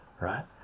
right